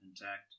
intact